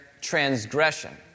transgression